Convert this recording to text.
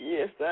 Yes